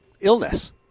illness